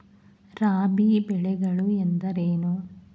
ರಾಬಿ ಬೆಳೆಗಳು ಎಂದರೇನು?